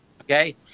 Okay